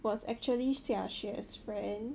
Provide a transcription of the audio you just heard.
was actually xiaxue's friend